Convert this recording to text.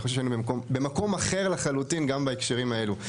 אני חושב שהיינו במקום אחר לחלוטין גם בהקשרים האלו.